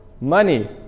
money